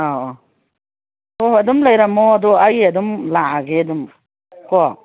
ꯑꯧ ꯑꯧ ꯍꯣꯏ ꯍꯣꯏ ꯑꯗꯨꯝ ꯂꯩꯔꯝꯃꯣ ꯑꯗꯣ ꯑꯩ ꯑꯗꯨꯝ ꯂꯥꯛꯑꯒꯦ ꯑꯗꯨꯝ ꯀꯣ